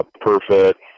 Perfect